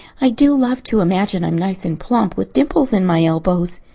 i do love to imagine i'm nice and plump, with dimples in my elbows.